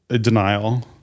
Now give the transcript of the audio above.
denial